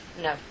No